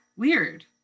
Weird